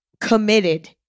committed